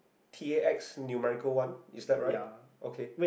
T_A_S numerical one is that right